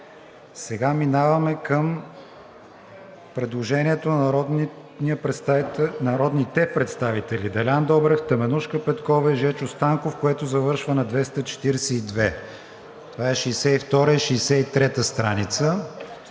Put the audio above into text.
Минаваме към предложението на народните представители Делян Добрев, Теменужка Петкова и Жечо Станков, което завършва на 242. Това е 62-ра и 63-та страница.